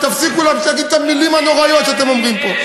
ותפסיקו להגיד את המילים הנוראיות שאתם אומרים פה.